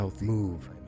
move